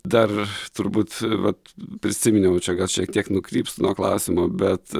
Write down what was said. dar turbūt vat prisiminiau čia gal šiek tiek nukrypsiu nuo klausimo bet